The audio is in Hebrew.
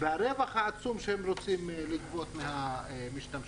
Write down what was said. והרווח העצום שהם רוצים לגבות מהמשתמשים,